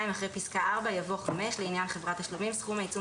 אחרי פסקה (4) יבוא: "(5)לעניין חברת תשלומים סכום העיצום